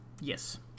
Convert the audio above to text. Yes